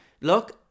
look